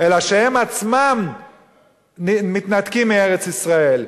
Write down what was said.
אלא שהם עצמם מתנתקים מארץ-ישראל,